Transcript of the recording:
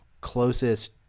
closest